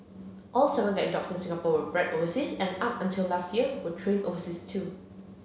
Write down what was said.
all seven guide dogs in Singapore were bred overseas and up until last year were trained overseas too